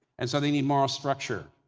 and so, they need moral structure.